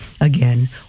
again